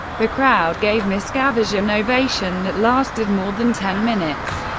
the crowd gave miscavige an ovation that lasted more than ten minutes.